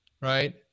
right